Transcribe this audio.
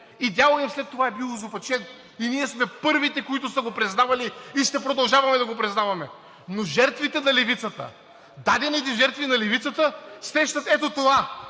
идеалът им след това е бил изопачен. Ние сме първите, които са го признавали, и ще продължаваме да го признаваме, но жертвите на Левицата, дадените жертви на Левицата срещат ето това